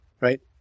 right